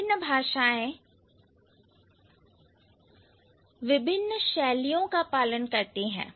विभिन्न भाषाएं विभिन्न शैलियों का पालन करती है